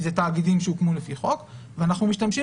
אלה תאגידים שהוקמו לפי חוק ואנחנו משתמשים